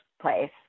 place